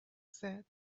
said